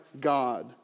God